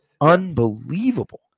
unbelievable